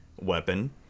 weapon